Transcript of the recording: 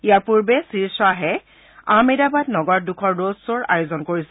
ইয়াৰ পূৰ্বে শ্ৰীশ্বাহে আহমেদাবাদ নগৰত দুখন ৰোড শ্বৰ আয়োজন কৰিছিল